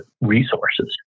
resources